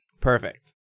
Perfect